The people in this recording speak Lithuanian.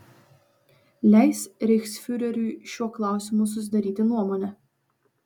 leis reichsfiureriui šiuo klausimu susidaryti nuomonę